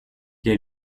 est